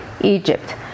Egypt